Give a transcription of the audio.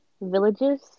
villages